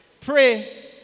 pray